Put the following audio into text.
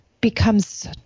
becomes